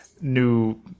new